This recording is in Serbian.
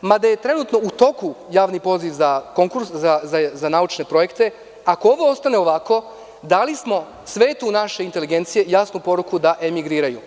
mada je trenutno u toku javni konkurs za naučne projekte, ako ovo ostane ovako dali smo svetu naše inteligencije jasnu poruku da emigriraju.